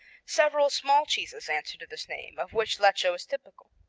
several small cheeses answer to this name, of which lecco is typical.